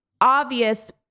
obvious